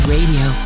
Radio